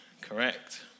Correct